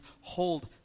hold